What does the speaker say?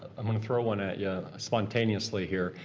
i'm gonna throw one at ya spontaneously here.